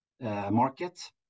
market